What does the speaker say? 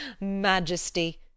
majesty